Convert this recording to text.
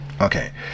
okay